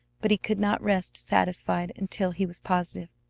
but he could not rest satisfied until he was positive.